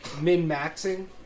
min-maxing